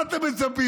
מה אתם מצפים?